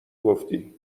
گفتی